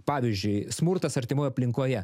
pavyzdžiui smurtas artimoje aplinkoje